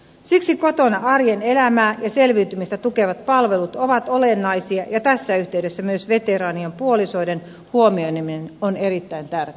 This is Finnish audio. siksi kotona arjen elämää ja selviytymistä tukevat palvelut ovat olennaisia ja tässä yhteydessä myös veteraanien puolisoiden huomioiminen on erittäin tärkeää